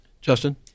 Justin